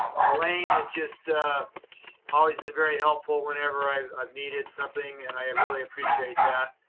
elaine is just always been very helpful whenever i needed something and i really appreciate that.